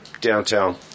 downtown